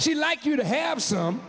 she like you to have some